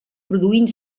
produint